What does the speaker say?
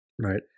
right